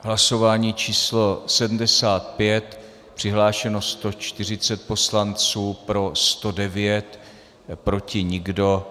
Hlasování číslo 75, přihlášeno 140 poslanců, pro 109, proti nikdo.